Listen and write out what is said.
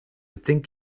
think